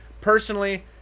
Personally